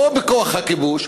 לא בכוח הכיבוש,